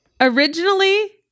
Originally